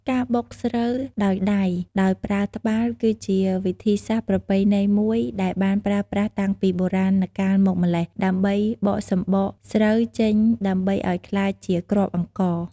ការបុកស្រូវដោយដៃដោយប្រើត្បាល់ គឺជាវិធីសាស្ត្រប្រពៃណីមួយដែលបានប្រើប្រាស់តាំងពីបុរាណកាលមកម្ល៉េះ ដើម្បីបកសម្បកស្រូវចេញ ដើម្បីឲ្យក្លាយជាគ្រាប់អង្ករ។